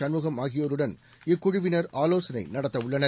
சண்முகம் ஆகியோருடன் இக்குழுவினர் ஆலோசனை நடத்தவுள்ளனர்